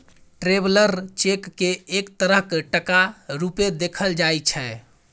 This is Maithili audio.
ट्रेवलर चेक केँ एक तरहक टका रुपेँ देखल जाइ छै